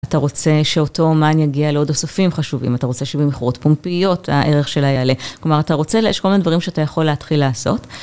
אתה רוצה שאותו אומן יגיע לעוד אוספים חשובים, אתה רוצה שבמכירות פומביות הערך שלה יעלה. כלומר, אתה רוצה, יש כל מיני דברים שאתה יכול להתחיל לעשות.